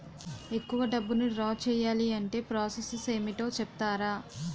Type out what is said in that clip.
ఎక్కువ డబ్బును ద్రా చేయాలి అంటే ప్రాస సస్ ఏమిటో చెప్తారా?